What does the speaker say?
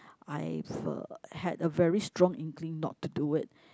I have a had a very strong inkling not to do it